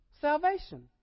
salvation